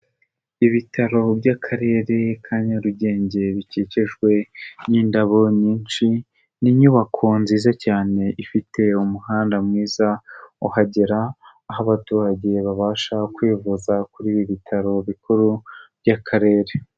Ibitaro by'akarere ka Nyarugenge, bikikijwe n'indabo nyinshi, ni inyubako nziza cyane ifite umuhanda mwiza uhagera, aho abaturage babasha kwivuza kuri ibi bitaro bikuru by'akarere.